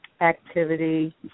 activity